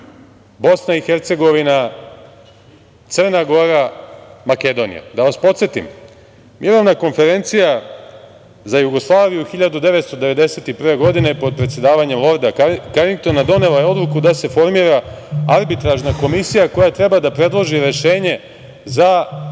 BiH, Crna Gora, Makedonija? Da vas podsetim, mirovna konferencija za Jugoslaviju 1991. godine, pod predsedavanja Lorda Karingtona donela je odluku da se formira arbitražna komisija koja treba da predloži rešenje za